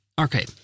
Okay